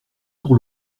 pour